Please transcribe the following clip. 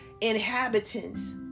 inhabitants